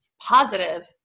positive